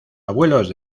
abuelos